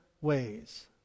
ways